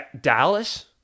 Dallas